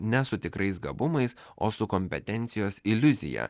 ne su tikrais gabumais o su kompetencijos iliuzija